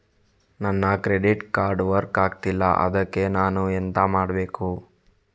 ನನ್ನ credit card work ಆಗ್ತಿಲ್ಲ ಅದ್ಕೆ ನಾನು ಎಂತ ಮಾಡಬೇಕು?